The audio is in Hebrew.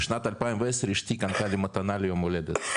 בשנת 2010 אשתי קנתה לי מתנה ליום הולדת,